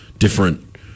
different